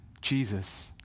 Jesus